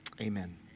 amen